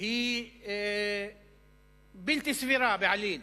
היא בלתי סבירה בעליל?